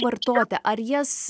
vartoti ar jas